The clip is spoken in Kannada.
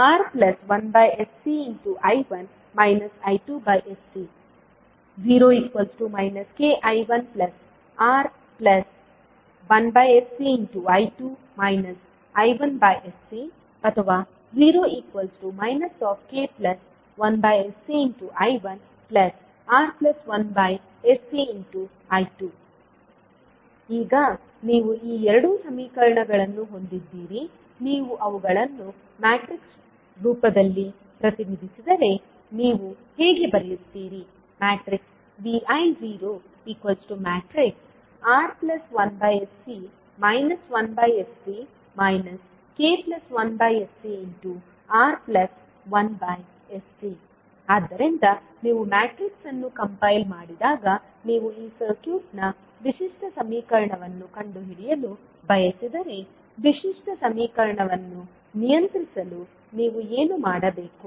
ViR1sCI1 I2sC 0 kI1R1sCI2 I1sCಅಥವಾ 0 k1sCI1R1sCI2 ಈಗ ನೀವು ಈ 2 ಸಮೀಕರಣಗಳನ್ನು ಹೊಂದಿದ್ದೀರಿ ನೀವು ಅವುಗಳನ್ನು ಮ್ಯಾಟ್ರಿಕ್ಸ್ ರೂಪದಲ್ಲಿ ಪ್ರತಿನಿಧಿಸಿದರೆ ನೀವು ಹೇಗೆ ಬರೆಯುತ್ತೀರಿ Vi 0 R1sC 1sC k1sC R1sC slide ಸಮಯವನ್ನು ಉಲ್ಲೇಖಿಸಿ 933 ಆದ್ದರಿಂದ ನೀವು ಮ್ಯಾಟ್ರಿಕ್ಸ್ ಅನ್ನು ಕಂಪೈಲ್ ಮಾಡಿದಾಗ ನೀವು ಈ ಸರ್ಕ್ಯೂಟ್ನ ವಿಶಿಷ್ಟ ಸಮೀಕರಣವನ್ನು ಕಂಡುಹಿಡಿಯಲು ಬಯಸಿದರೆ ವಿಶಿಷ್ಟ ಸಮೀಕರಣವನ್ನು ನಿಯಂತ್ರಿಸಲು ನೀವು ಏನು ಮಾಡಬೇಕು